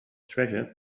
treasure